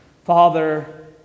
Father